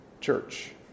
church